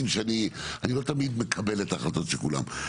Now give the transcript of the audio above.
שאני אני לא תמיד מקבל את ההחלטות של כולם,